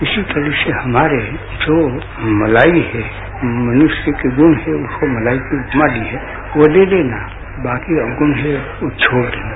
इसी तरह से हमारे जो मलाई है मनुष्य के गुण हैं उसको मलाई की उपमा दी है वो ले लेना बाकि अवगुण है वो छोड़ देना